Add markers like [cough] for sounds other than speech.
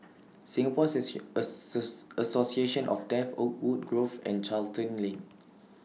Singapore [unintelligible] Association of Deaf Oakwood Grove and Charlton Lane